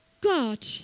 God